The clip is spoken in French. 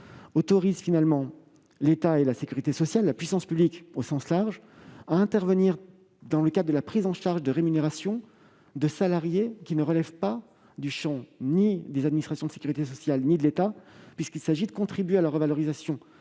autorisent l'État et la sécurité sociale- la puissance publique au sens large -à intervenir dans le cadre de la prise en charge des rémunérations de salariés qui ne relèvent ni du champ des administrations de sécurité sociale ni de celui de l'État. En effet, il s'agit de contribuer à la revalorisation